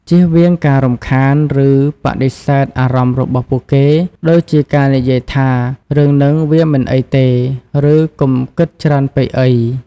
ជៀសវាងការរំខាន ឬបដិសេធអារម្មណ៍របស់ពួកគេ ដូចជាការនិយាយថា រឿងហ្នឹងវាមិនអីទេ ឬ កុំគិតច្រើនពេកអី។